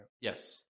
Yes